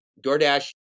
DoorDash